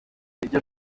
iryo